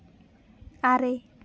ᱟᱨᱮ